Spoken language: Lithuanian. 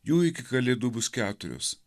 jų iki kalėdų bus keturios